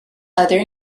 other